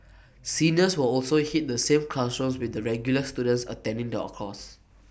seniors will also hit the same classrooms with the regular students attending the all course